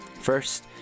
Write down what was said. First